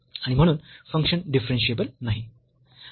आणि म्हणून function differentiable नाही